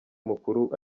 mukuru